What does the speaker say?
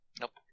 Nope